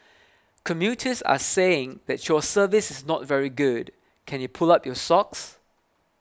commuters are saying that your service is not very good can you pull up your socks